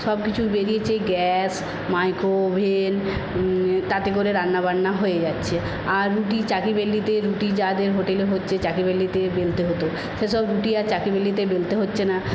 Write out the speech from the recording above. সবকিছু বেরিয়েছে gas micro oven তাতে করে রান্না বান্না হয়ে যাচ্ছে আর রুটি চাকি বেল্লিতে রুটি যাদের হোটেলে হচ্ছে চাকি বেল্লিতে বেলতে হত সে সব রুটি আর চাকি বেল্লিতে বেলতে হচ্ছে না